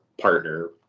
partner